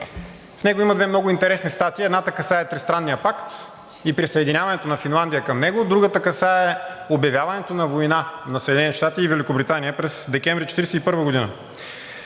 В него има две много интересни статии. Едната касае Тристранния пакт и присъединяването на Финландия към него, другата касае обявяването на война на Съединените щати и Великобритания през декември 1941 г.